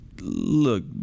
look